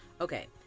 Okay